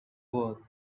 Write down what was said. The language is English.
world